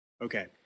Okay